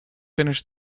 finish